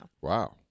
Wow